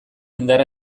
indar